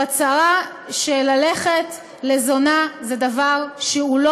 הוא הצהרה שללכת לזונה זה דבר שהוא לא